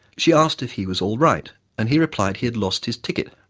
she asked if he was all right and he replied he had lost his ticket.